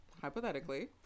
Hypothetically